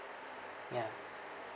ya